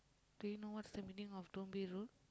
do you know what's the meaning of don't be rude